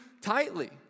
tightly